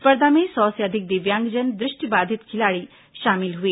स्पर्धा में सौ से से अधिक दिव्यांगजन द्रष्टिबाधित खिलाड़ी शामिल हुए